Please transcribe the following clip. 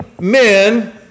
men